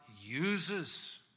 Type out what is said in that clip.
uses